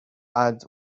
add